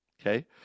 okay